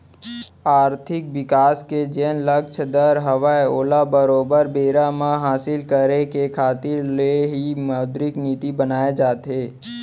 आरथिक बिकास के जेन लक्छ दर हवय ओला बरोबर बेरा म हासिल करे के खातिर ले ही मौद्रिक नीति बनाए जाथे